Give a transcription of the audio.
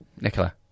Nicola